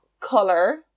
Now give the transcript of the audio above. color